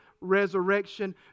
resurrection